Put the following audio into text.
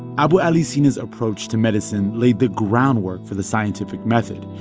abu ali sina's approach to medicine laid the groundwork for the scientific method.